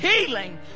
healing